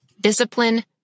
discipline